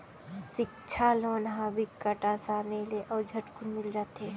सिक्छा लोन ह बिकट असानी ले अउ झटकुन मिल जाथे